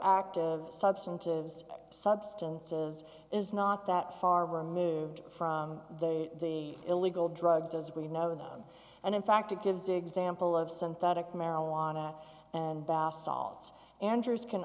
active substantives substances is not that far removed from the illegal drugs as we know them and in fact it gives example of synthetic marijuana and bow solids andrews can